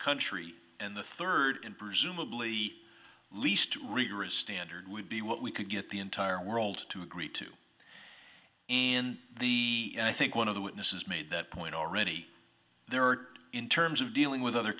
country and the third and presumably least rigorous standard would be what we could get the entire world to agree to in the end i think one of the witnesses made that point already there in terms of dealing with other